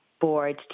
Board